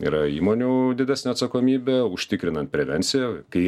yra įmonių didesnė atsakomybė užtikrinan prevenciją kai